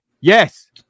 yes